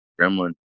gremlin